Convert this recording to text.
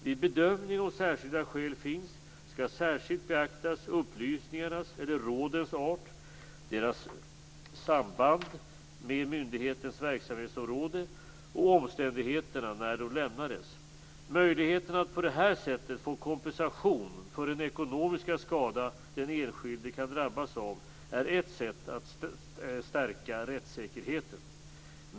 Vid bedömning om särskilda skäl finns skall särskilt beaktas upplysningarnas eller rådens art, deras samband med myndighetens verksamhetsområde och omständigheterna när de lämnades. Möjligheten att på det här sättet få kompensation för den ekonomiska skada den enskilde kan drabbas av är ett sätt att stärka rättssäkerheten.